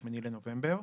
ב-8 בנובמבר,